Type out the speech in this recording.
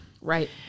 right